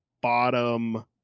bottom